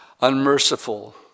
unmerciful